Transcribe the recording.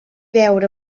veure